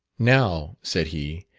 now, said he,